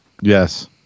yes